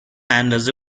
اندازه